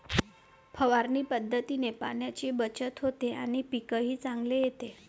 फवारणी पद्धतीने पाण्याची बचत होते आणि पीकही चांगले येते